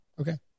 Okay